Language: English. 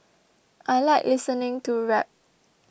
I like listening to rap